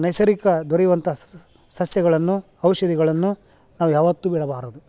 ನೈಸರ್ಗಿಕ ದೊರೆಯುವಂಥ ಸಸ್ಯಗಳನ್ನು ಔಷಧಿಗಳನ್ನು ನಾವು ಯಾವತ್ತೂ ಬಿಡಬಾರದು